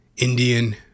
Indian